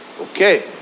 Okay